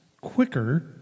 quicker